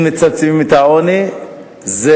אם מצמצמים את העוני זה